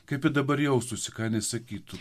kaip ji dabar jaustųsi ką ji sakytų